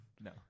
No